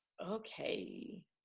okay